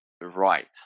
right